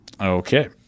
Okay